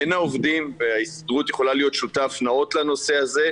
בין העובדים וההסתדרות יכולה להיות שותף נאות לנושא הזה,